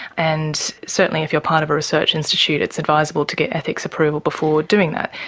and certainly if you're part of a research institute it's advisable to get ethics approval before doing that.